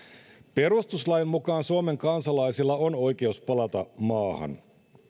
perustuslain mukaan suomen kansalaisilla on oikeus palata maahan